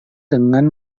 dengan